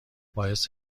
باعث